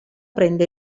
prende